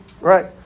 right